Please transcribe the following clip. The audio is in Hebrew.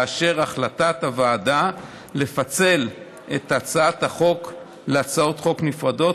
לאשר את החלטת הוועדה לפצל את הצעת החוק להצעות חוק נפרדות,